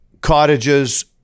cottages